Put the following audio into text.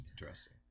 interesting